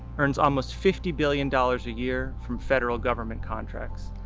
earns almost fifty billion dollars a year from federal government contracts.